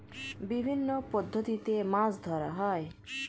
বিভিন্ন পদ্ধতিতে মাছ ধরা হয়